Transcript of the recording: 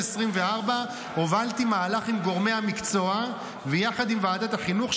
2024 הובלתי מהלך עם גורמי המקצוע ויחד עם ועדת החינוך,